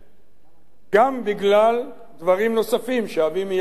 גם בגלל דברים נוספים שאביא מייד בפני החברים.